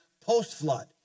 post-flood